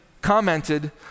commented